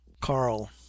carl